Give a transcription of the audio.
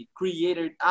created